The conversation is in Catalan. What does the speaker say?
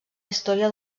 història